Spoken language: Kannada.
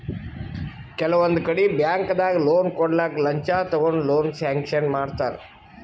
ಕೆಲವೊಂದ್ ಕಡಿ ಬ್ಯಾಂಕ್ದಾಗ್ ಲೋನ್ ಕೊಡ್ಲಕ್ಕ್ ಲಂಚ ತಗೊಂಡ್ ಲೋನ್ ಸ್ಯಾಂಕ್ಷನ್ ಮಾಡ್ತರ್